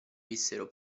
vissero